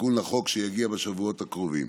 בתיקון לחוק שיגיע בשבועות הקרובים.